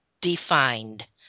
Defined